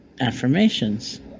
affirmations